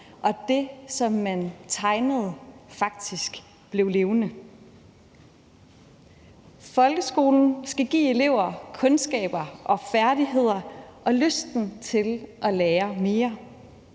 og det, som man tegnede, faktisk blev levende. Folkeskolen skal give elever kundskaber og færdigheder og lysten til at lære mere.